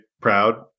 proud